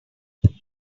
train